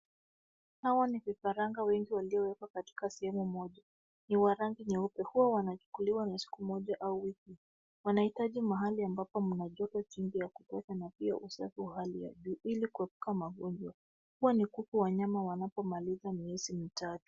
Hawa ni vifaranga wengi waliowekwa katika sehemu moja. Ni wa rangi nyeupe. Huwa wanachukukuliwa na siku moja au wiki. Wanahitaji mahali ambapo mna joto chini ya kuweka na pia usafi wa hali ya juu ili kuepuka magonjwa. Huwa ni kuku wanyama wanapomaliza miezi mitatu.